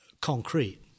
concrete